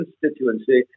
constituency